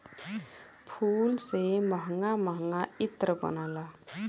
फूल से महंगा महंगा इत्र बनला